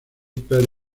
per